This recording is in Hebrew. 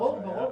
ברור.